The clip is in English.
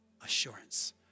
assurance